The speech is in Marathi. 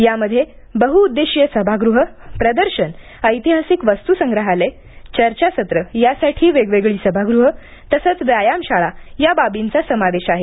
यामध्ये बहुउद्देशीय सभागृह प्रदर्शन ऐतिहासिक वस्तू संग्रहालय चर्चासत्र यासाठी वेगवेगळी सभागृह तसंच व्यायामशाळा या बाबींचा समावेश आहे